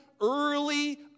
early